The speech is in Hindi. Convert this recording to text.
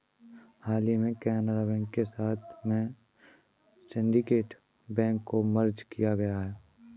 हाल ही में केनरा बैंक के साथ में सिन्डीकेट बैंक को मर्ज किया गया है